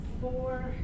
four